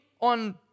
on